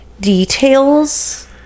details